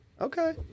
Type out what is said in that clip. Okay